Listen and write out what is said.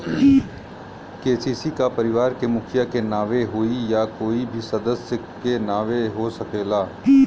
KCC का परिवार के मुखिया के नावे होई या कोई भी सदस्य के नाव से हो सकेला?